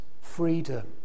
freedom